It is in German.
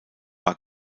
war